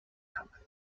company